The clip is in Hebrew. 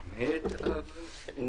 15:07.